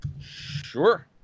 Sure